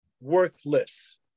worthless